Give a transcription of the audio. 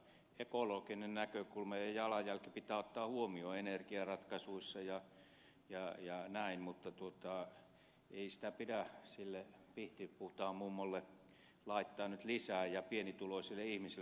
ekologinen näkökulma ja jalanjälki pitää ottaa huomioon energiaratkaisuissa ja näin mutta ei sitä pidä sille pihtiputaanmummolle laittaa nyt lisää rasitukseksi ja pienituloisille ihmisille